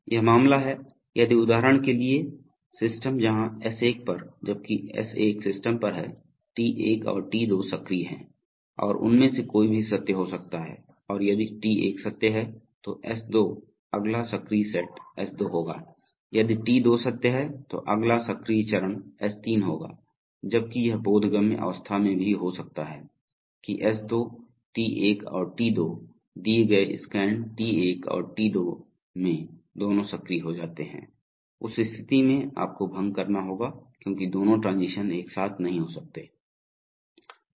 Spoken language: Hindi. यह मामला है यदि उदाहरण के लिए सिस्टम जहां S1 पर जबकि S1 सिस्टम पर है T1 and T2 सक्रिय हैं तो उनमें से कोई भी सत्य हो सकता है और यदि T1 सत्य है तो S2 अगला सक्रिय सेट S2 होगा यदि T2 सत्य है तो अगला सक्रिय चरण S3 होगा जबकि यह बोधगम्य अवस्था में भी हो सकता है कि S2 T1 और T2 दिए गए स्कैन T1 और T2 में दोनों सक्रिय हो जाते हैं उस स्थिति में आपको भंग करना होगा क्योंकि दोनों ट्रांजीशन एक साथ नहीं हो सकते